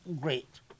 Great